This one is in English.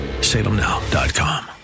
Salemnow.com